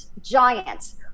giants